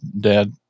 dad